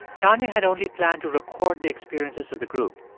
tanya had only planned to record the experiences of the group.